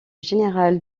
général